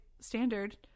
standard